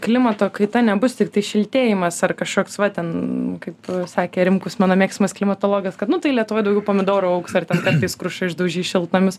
klimato kaita nebus tiktai šiltėjimas ar kažkoks va ten kaip sakė rimkus mano mėgstamas klimatologas kad nu tai lietuvoj daugiau pomidorų augs ar ten kartais kruša išdaužys šiltnamius